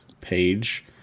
page